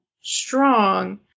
strong